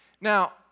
Now